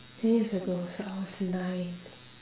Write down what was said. ten years ago so I was nine